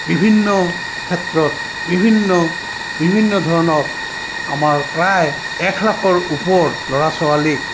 বিভিন্ন ক্ষেত্ৰত বিভিন্ন বিভিন্ন ধৰণৰ আমাৰ প্ৰায় এক লাখৰ ওপৰৰ ল'ৰা ছোৱালীক